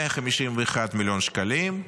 151 מיליון שקלים,